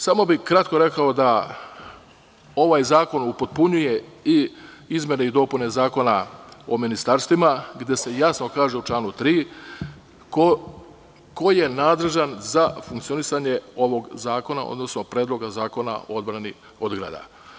Samo bih kratko rekao da ovaj zakon upotpunjuje izmene i dopune Zakona o ministarstvima, gde se jasno kaže u članu 3. ko je nadležan za funkcionisanje ovog zakona, odnosno Predloga zakona o odbrani od grada.